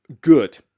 Good